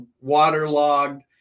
waterlogged